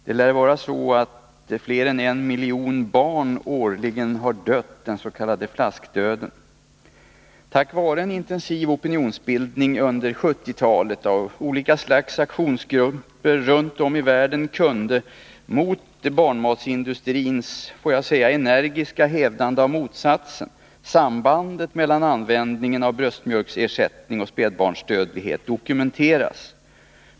Det lär vara så att mer än en miljon barn årligen har dött den s.k. flaskdöden. Tack vare en intensiv opinionsbildning under 1970-talet av olika slags aktionsgrupper runt om i världen kunde — mot barnmatsindustrins energiska hävdande av motsatsen — sambandet mellan användning av bröstmjölksersättning och spädbarnsdödlighet dokumenteras.